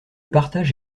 partage